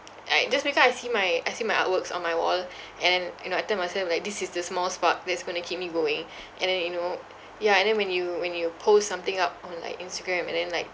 I just wake up I see my I see my artworks on my wall and then you know I tell myself like this is the small spark that's going to keep me going and then you know ya and then when you when you post something up on like Instagram and then like